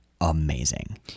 amazing